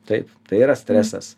taip tai yra stresas